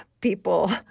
people